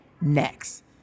Next